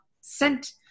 sent